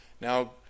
now